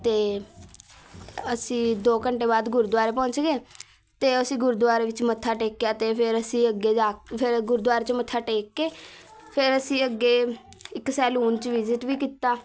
ਅਤੇ ਅਸੀਂ ਦੋ ਘੰਟੇ ਬਾਅਦ ਗੁਰਦੁਆਰੇ ਪਹੁੰਚ ਗਏ ਅਤੇ ਅਸੀਂ ਗੁਰਦੁਆਰੇ ਵਿੱਚ ਮੱਥਾ ਟੇਕਿਆ ਅਤੇ ਫਿਰ ਅਸੀਂ ਅੱਗੇ ਜਾ ਕੇ ਫਿਰ ਗੁਰਦੁਆਰੇ 'ਚ ਮੱਥਾ ਟੇਕ ਕੇ ਫਿਰ ਅਸੀਂ ਅੱਗੇ ਇੱਕ ਸੈਲੂਨ 'ਚ ਵਿਜ਼ੀਟ ਵੀ ਕੀਤਾ